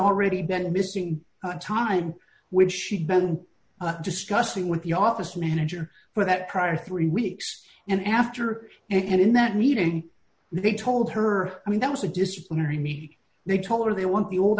already been missing time which she had been discussing with the office manager for that prior three weeks and after and in that meeting they told her i mean that was a disciplinary me they told her they want the old